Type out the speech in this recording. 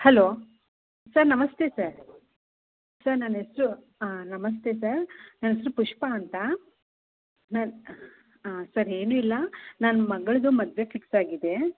hello sir ನಮಸ್ತೆ sir sir ನನ ಹೆಸರು ಹಾಂ ನಮಸ್ತೆ ಸರ್ ನನ್ನ ಹೆಸರು ಪುಷ್ಪ ಅಂತ ನನ್ನ ಹಾಂ ಸರ್ ಏನು ಇಲ್ಲ ನನ್ನ ಮಗಳದ್ದು ಮದುವೆ ಫಿಕ್ಸ್ ಆಗಿದೆ